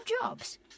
Jobs